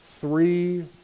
Three